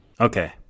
Okay